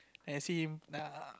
ask him na